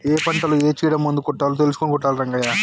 ఏ పంటలో ఏ చీడ మందు కొట్టాలో తెలుసుకొని కొట్టాలి రంగయ్య